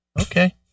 Okay